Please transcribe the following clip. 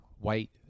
white